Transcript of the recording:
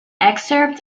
excerpt